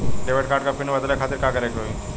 Debit card क PIN बदले खातिर का करेके होई?